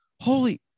holy